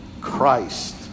Christ